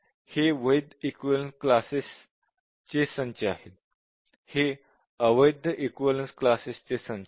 हे वैध इक्विवलेन्स क्लासचे संच आहेत आणि हे अवैध इक्विवलेन्स क्लासचे संच आहेत